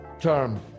term